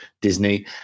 Disney